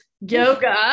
Yoga